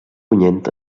punyent